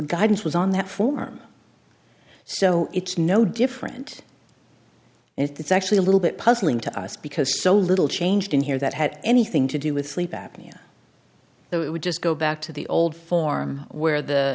guidance was on that form so it's no different and it's actually a little bit puzzling to us because so little changed in here that had anything to do with sleep apnea that would just go back to the old form where the